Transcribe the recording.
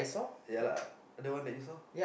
ya lah the one that you saw